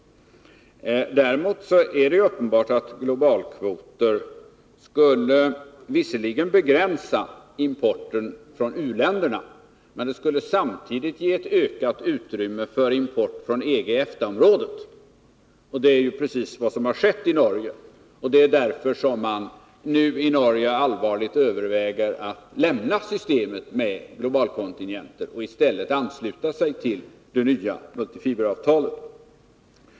Däremot är det uppenbart att globalkvoter visserligen skulle begränsa importen från u-länderna, men de skulle samtidigt ge ett ökat utrymme för import från EG och EFTA områdena. Det är ju precis vad som har skett i Norge, och det är därför som man där nu allvarligt överväger att lämna systemet med globalkontingenter och i stället ansluta sig till det nya multifiberavtalet.